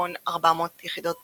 כגון 400 יחב"ל.